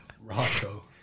Rocco